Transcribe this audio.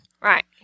Right